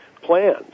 plans